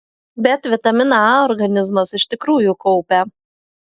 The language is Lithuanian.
bet vitaminą a organizmas iš tikrųjų kaupia